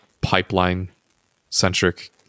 pipeline-centric